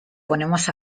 ponemos